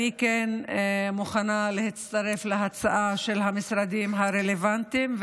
אני כן מוכנה להצטרף להצעה של המשרדים הרלוונטיים,